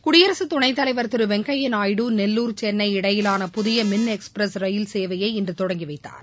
குடியரசு துணைத்தலைவர் திரு வெங்கையா நாயுடு நெல்லூர் சென்னை இடையிவான புதிய மின் எக்ஸ்பிரஸ் ரயில் சேவையை இன்று தொடங்கிவைத்தார்